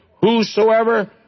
Whosoever